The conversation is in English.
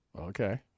Okay